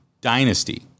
Dynasty